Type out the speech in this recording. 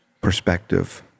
perspective